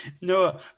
No